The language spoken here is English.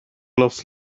laughs